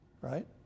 right